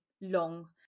long